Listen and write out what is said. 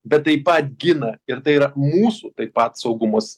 bet taip pat gina ir tai yra mūsų taip pat saugumas